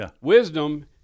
Wisdom